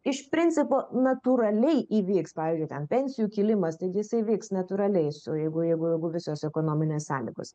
iš principo natūraliai įvyks pavyzdžiui ten pensijų kilimas taigi jisai vyks natūraliai su jeigu jeigu jeigu visos ekonominės sąlygos